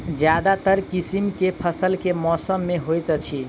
ज्यादातर किसिम केँ फसल केँ मौसम मे होइत अछि?